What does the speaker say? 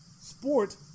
sport